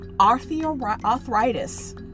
Arthritis